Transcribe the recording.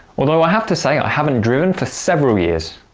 although i have to say i haven't driven for several years!